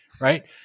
right